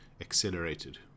accelerated